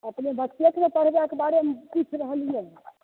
अपने बच्चेक ने पढ़बैक बारेमे पुछि रहलियै हन